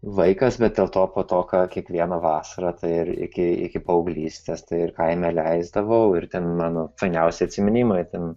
vaikas bet dėl to po to ką kiekvieną vasarą tai ir iki iki paauglystės tai ir kaime leisdavau ir ten mano fainiausi atsiminimai ten